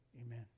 amen